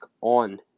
on